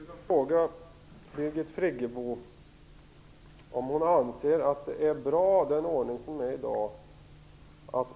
Fru talman! Jag skulle vilja fråga Birgit Friggebo om hon anser att den ordning som vi har i dag är bra.